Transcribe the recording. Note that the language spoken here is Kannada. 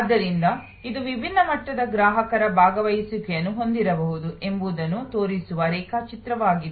ಆದ್ದರಿಂದ ಇದು ವಿಭಿನ್ನ ಮಟ್ಟದ ಗ್ರಾಹಕರ ಭಾಗವಹಿಸುವಿಕೆಯನ್ನು ಹೊಂದಿರಬಹುದು ಎಂಬುದನ್ನು ತೋರಿಸುವ ರೇಖಾಚಿತ್ರವಾಗಿದೆ